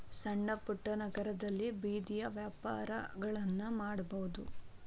ಸಣ್ಣಪುಟ್ಟ ನಗರದಲ್ಲಿ ಬೇದಿಯ ವ್ಯಾಪಾರಗಳನ್ನಾ ನೋಡಬಹುದು